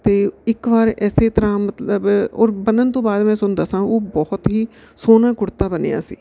ਅਤੇ ਇੱਕ ਵਾਰ ਇਸੇ ਤਰ੍ਹਾਂ ਮਤਲਬ ਔਰ ਬਣਨ ਤੋਂ ਬਾਅਦ ਮੈਂ ਤੁਹਾਨੂੰ ਦੱਸਾਂ ਉਹ ਬਹੁਤ ਹੀ ਸੋਹਣਾ ਕੁੜਤਾ ਬਣਿਆ ਸੀ